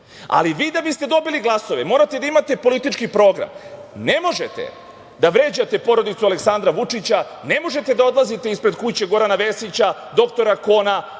Ali, vi da biste dobili glasove, morate da imate politički program. Ne možete da vređate porodicu Aleksandra Vučića, ne možete da odlazite ispred kuće Gorana Vesića, doktora Kona,